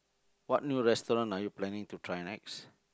what new restaurant are you planning to try next